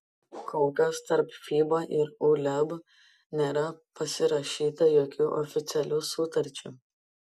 kol kas tarp fiba ir uleb nėra pasirašyta jokių oficialių sutarčių